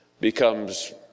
becomes